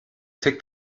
tickt